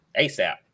ASAP